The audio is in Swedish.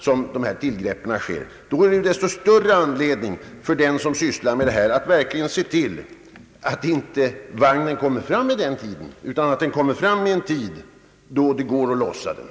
Mot bakgrunden av detta finns det all anledning för den som har ansvaret för dessa transporter att se till att vagnarna kommer fram vid en tidpunkt då de kan lossas.